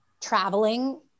traveling